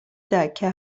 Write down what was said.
دکه